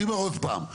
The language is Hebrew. אני אומר עוד פעם,